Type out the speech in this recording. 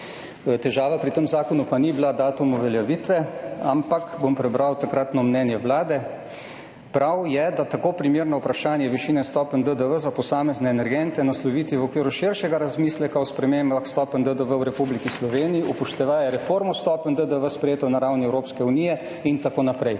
Težava pri tem zakonu pa ni bil datum uveljavitve, ampak … Bom prebral takratno mnenje vlade: »Prav je tako primerno vprašanje višine stopenj DDV za posamezne energente nasloviti v okviru širšega razmisleka o spremembah stopenj DDV v Republiki Sloveniji, upoštevaje reformo stopenj DDV, sprejeto na ravni Evropske unije …« in tako naprej.